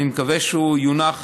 אני מקווה שהוא יונח